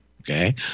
Okay